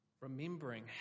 Remembering